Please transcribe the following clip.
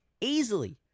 easily